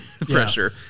pressure